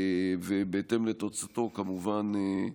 ובהתאם לתוצאתו, כמובן,